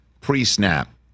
pre-snap